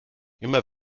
immer